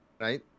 right